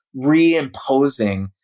reimposing